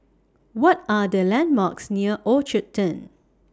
What Are The landmarks near Orchard Turn